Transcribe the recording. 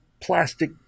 plastic